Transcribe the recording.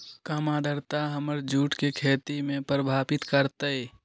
कम आद्रता हमर जुट के खेती के प्रभावित कारतै?